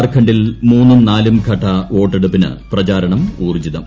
ജാർഖണ്ഡിൽ മൂന്നും നാലും ഘട്ട വോട്ടെടുപ്പിന് പ്രചാരണം ഊൌർജ്ജിതം